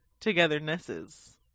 togethernesses